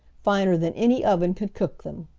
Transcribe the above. finer than any oven could cook them.